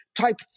Type